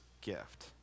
gift